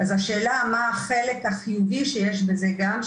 אז השאלה מה החלק החיובי שיש בזה גם,